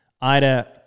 Ida